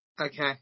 Okay